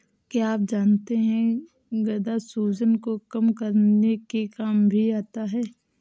क्या आप जानते है गदा सूजन को कम करने के काम भी आता है?